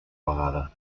vegada